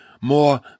more